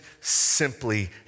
simply